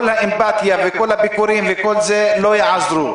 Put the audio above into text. כל האמפתיה וכל הביקורים לא יעזרו.